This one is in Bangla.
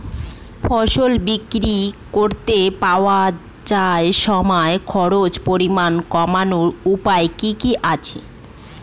ফসল বিক্রি করতে যাওয়ার সময় খরচের পরিমাণ কমানোর উপায় কি কি আছে?